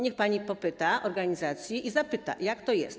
Niech pani popyta organizacji, zapyta, jak to jest.